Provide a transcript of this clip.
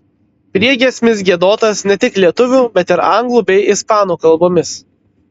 priegiesmis giedotas ne tik lietuvių bet ir anglų bei ispanų kalbomis